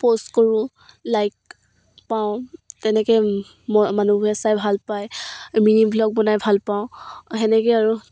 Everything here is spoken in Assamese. প'ষ্ট কৰোঁ লাইক পাওঁ তেনেকৈ মানুহবোৰে চাই ভাল পায় মিনি ভ্লগ বনাই ভাল পাওঁ তেনেকৈ আৰু